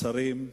השרים,